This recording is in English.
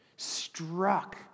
struck